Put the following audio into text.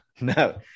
No